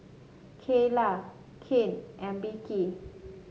Keyla Kyan and Beckie